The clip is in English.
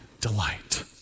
delight